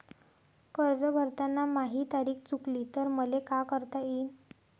कर्ज भरताना माही तारीख चुकली तर मले का करता येईन?